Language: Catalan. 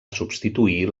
substituir